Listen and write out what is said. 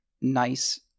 nice